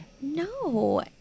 No